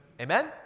Amen